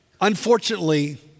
Unfortunately